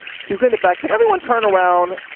she's in the back. can everyone turn around?